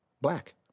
black